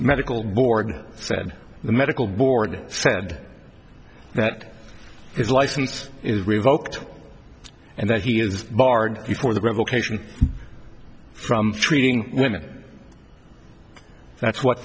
medical board said the medical board said that is license is revoked and that he is barred before the revocation from treating women that's what